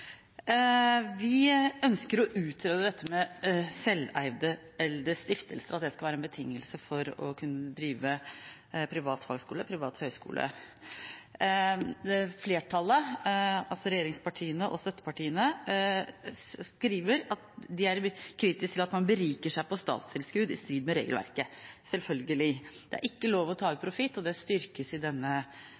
Vi ønsker å utrede dette med selveide stiftelser, at det skal være en betingelse for å kunne drive privat fagskole og privat høyskole. Flertallet, altså regjeringspartiene og støttepartiene, skriver at de er kritiske til at man beriker seg på statstilskudd i strid med regelverket. Selvfølgelig, det er ikke lov å ta ut profitt, og akkurat det styrkes i denne